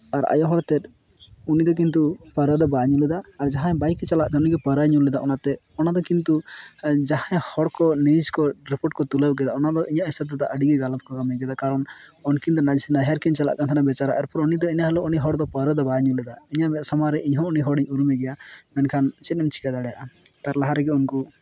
ᱟᱨ ᱟᱭᱳ ᱦᱚᱲ ᱛᱮᱫ ᱩᱱᱤᱫᱚ ᱠᱤᱱᱛᱩ ᱯᱟᱹᱣᱨᱟᱹ ᱫᱚ ᱵᱟᱭ ᱧᱩ ᱞᱮᱫᱟ ᱟᱨ ᱡᱟᱦᱟᱸᱭ ᱵᱟᱭᱤᱠᱮ ᱪᱟᱞᱟᱣᱮᱫ ᱛᱟᱦᱮᱱᱟ ᱩᱱᱤᱜᱮ ᱯᱟᱹᱣᱨᱟᱹᱭ ᱧᱩ ᱞᱮᱫᱟ ᱚᱱᱟᱛᱮ ᱚᱱᱟᱫᱚ ᱠᱤᱱᱛᱩ ᱡᱟᱦᱟᱸᱭ ᱦᱚᱲᱠᱚ ᱱᱤᱭᱩᱥ ᱠᱚ ᱨᱤᱯᱳᱨᱴ ᱠᱚ ᱛᱩᱞᱟᱹᱣ ᱠᱮᱫᱟ ᱚᱱᱟᱫᱚ ᱤᱧᱟᱹᱜ ᱦᱤᱥᱟᱹᱵ ᱛᱮᱫᱚ ᱟᱹᱰᱤᱜᱮ ᱜᱚᱞᱚᱛ ᱠᱚ ᱠᱟᱹᱢᱤ ᱠᱮᱫᱟ ᱠᱟᱨᱚᱱ ᱩᱱᱠᱤᱱ ᱫᱚ ᱱᱟᱹᱭᱦᱟᱹᱨ ᱠᱤᱱ ᱪᱟᱞᱟᱜ ᱠᱟᱱ ᱛᱟᱦᱮᱱᱟ ᱵᱮᱪᱟᱨᱟ ᱮᱨᱯᱚᱨ ᱩᱱᱤ ᱫᱚ ᱤᱱᱟᱹ ᱦᱤᱞᱳᱜ ᱩᱱᱤ ᱦᱚᱲ ᱫᱚ ᱯᱟᱹᱣᱨᱟᱹ ᱫᱚ ᱵᱟᱭ ᱧᱩ ᱞᱮᱫᱟ ᱤᱧᱟᱹᱜ ᱢᱮᱫ ᱥᱟᱢᱟᱝᱨᱮ ᱤᱧ ᱦᱚᱸ ᱩᱱᱤ ᱦᱚᱲᱤᱧ ᱩᱨᱩᱢᱮ ᱜᱮᱭᱟ ᱢᱮᱱᱠᱷᱟᱱ ᱪᱮᱫ ᱮᱢ ᱪᱤᱠᱟᱹ ᱫᱟᱲᱮᱭᱟᱜᱼᱟ ᱛᱟᱨ ᱞᱟᱦᱟ ᱨᱮᱜᱮ ᱩᱱᱠᱩ